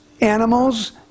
animals